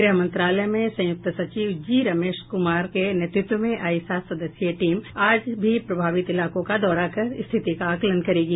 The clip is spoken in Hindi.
गृह मंत्रालय में संयुक्त सचिव जी रमेश कुमार के नेतृत्व में आई सात सदस्यीय टीम आज भी प्रभावित इलाकों का दौरा कर स्थिति का आकलन करेगी